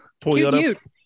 Toyota